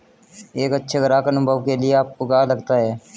एक अच्छे ग्राहक अनुभव के लिए आपको क्या लगता है?